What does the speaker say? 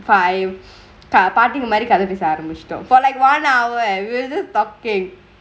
five பாட்டிங்க மாரி கதெ பேச ஆரம்பிச்சுட்டோ:paatingkge maari kathe pesa aarambichito for like one hour we were just talkingk